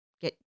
get